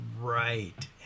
right